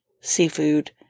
seafood